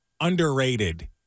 underrated